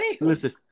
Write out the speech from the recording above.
Listen